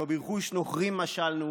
ולא ברכוש נוכרים משלנו,